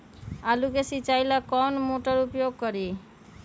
आलू के सिंचाई ला कौन मोटर उपयोग करी?